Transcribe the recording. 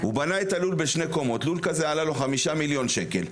הוא בנה את הלול בשתי קומות בעלות של 5,000,000 שקלים.